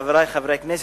חברי חברי הכנסת,